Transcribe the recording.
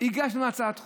הגשנו הצעת חוק.